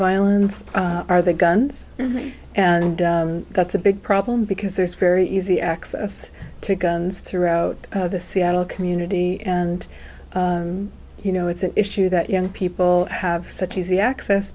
violence are the guns and that's a big problem because there's very easy access to guns throughout the seattle community and you know it's an issue that young people have such easy access